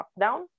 lockdown